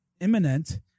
imminent